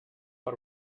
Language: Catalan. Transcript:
per